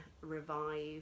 revive